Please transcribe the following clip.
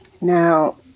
Now